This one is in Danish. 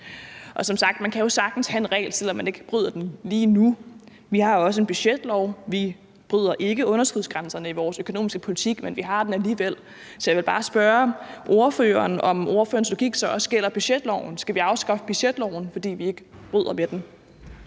kan man jo sagtens have en regel, selv om man ikke bryder den lige nu. Vi har også en budgetlov, og vi forbryder os ikke mod underskudsgrænserne i vores økonomiske politik, men vi har den alligevel. Så jeg vil bare spørge ordføreren, om ordførerens logik så også gælder budgetloven. Skal vi afskaffe budgetloven, fordi vi ikke bryder den?